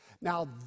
Now